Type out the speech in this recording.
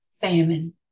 famine